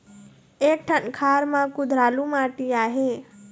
एक ठन खार म कुधरालू माटी आहे?